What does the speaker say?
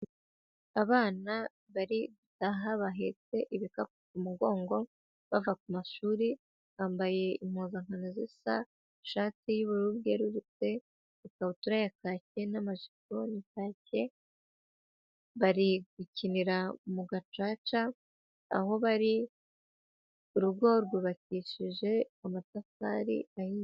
Abana bari aha bahetse ibikapu ku mugongo bava ku mashuri, bambaye impunzankano zisa: ishati y'ubururu bwerurutse, ikabutura ya kake n'amajipo ya kake, bari gukinira mu gacaca; aho bari, urugo rwubakishije amatafari ahiye.